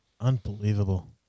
Unbelievable